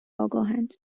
آگاهند